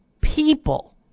People